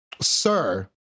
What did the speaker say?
sir